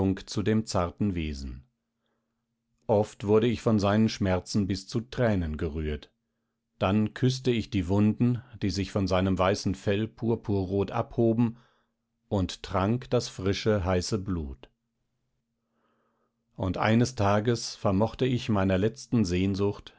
zu dem zarten wesen oft wurde ich von seinen schmerzen bis zu tränen gerührt dann küßte ich die wunden die sich von seinem weißen fell purpurrot abhoben und trank das frische heiße blut und eines tages vermochte ich meiner letzten sehnsucht